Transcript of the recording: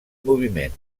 moviment